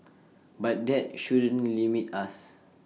but that shouldn't limit us